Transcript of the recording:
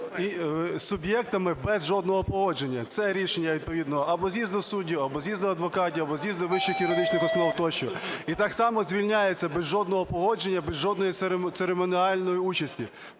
Р.П. Суб'єктами без жодного погодження. Це рішення відповідно або з'їзду суддів, або з'їзду адвокатів, або з'їзду вищих юридичних основ тощо. І так само звільняються без жодного погодження, без жодної церемоніальної участі.